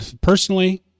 personally